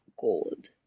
gold